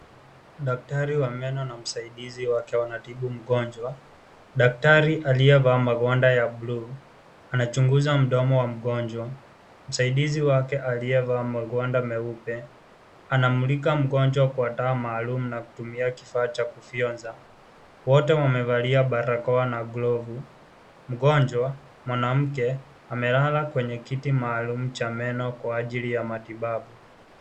Daktari wa meno na msaidizi wake wanatibu mgonjwa. Daktari aliyevaa magwanda ya bluu, anachunguza mdomo wa mgonjwa. Msaidizi wake aliyevaa magwanda meupe anaumulika mgonjwa kwa taa maalum na kutumia kifaa cha kufyonza. Wote wamevalia barakoa na glovu. Mgonjwa, mwanamke, amelala kwenye kiti maalum cha meno kwa ajili ya matibabu.